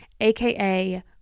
aka